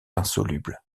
insolubles